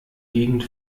gegend